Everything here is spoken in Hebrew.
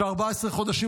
ב-14 חודשים,